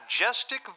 majestic